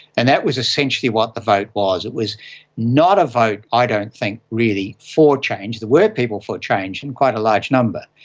and that was essentially what the vote was, it was not a vote i don't think really for change. there were people for change in quite a large number,